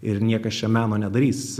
ir niekas čia meno nedarys